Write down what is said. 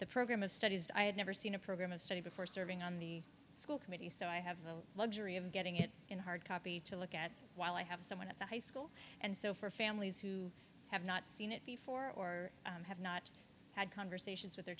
the program of studies i have never seen a program of study before serving on the school committee so i have the luxury of getting it in hardcopy to look at while i have someone at the high school and so for families who have not seen it before or have not had conversations with their